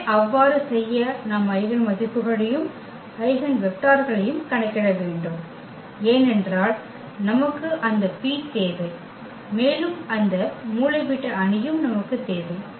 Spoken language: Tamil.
எனவே அவ்வாறு செய்ய நாம் ஐகென் மதிப்புக்களையும் ஐகென் வெக்டர்களையும் கணக்கிட வேண்டும் ஏனென்றால் நமக்கு அந்த P தேவை மேலும் அந்த மூலைவிட்ட அணியும் நமக்குத் தேவை